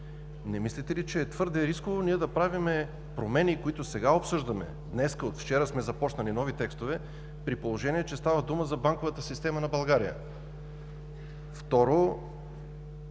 Не мислите ли, че е твърде рисково да правим промени, които сега обсъждаме – днес, от вчера сме започнали нови текстове, при положение че става дума за банковата система на България?